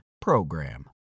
PROGRAM